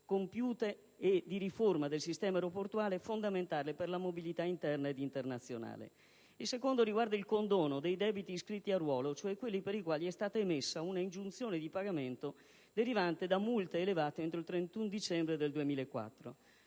compiute e di riforma del sistema aeroportuale fondamentali per la mobilità interna ed internazionale. La seconda questione riguarda il condono dei debiti iscritti a ruolo, cioè quelli per i quali è stata emessa un'ingiunzione di pagamento derivante da multe elevate entro il 31 dicembre del 2004.